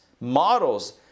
models